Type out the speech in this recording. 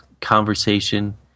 conversation